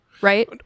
right